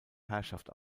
herrschaft